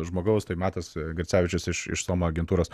žmogaus tai matas grecevičius iš iš somo agentūros